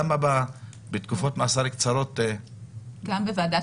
למה בתקופות מאסר קצרות --- גם בוועדת